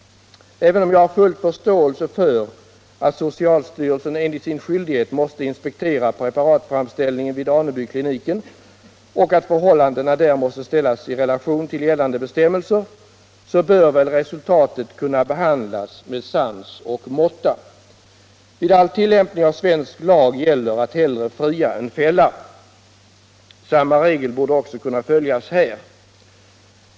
Även om jag har full förståelse för att socialstyrelsen enligt sin skyldighet måste inspektera preparatframställningen vid Anebykliniken och att förhållandena där måste ställas i relation till gällande bestämmelser, så bör väl resultatet kunna behandlas med sans och måtta. Vid all tillämpning av svensk lag gäller att hellre fria än fälla. Samma regel borde också kunna följas här.